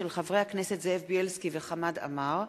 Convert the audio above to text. של חברי הכנסת זאב בילסקי וחמד עמאר,